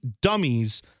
dummies